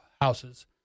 houses